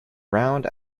round